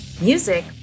Music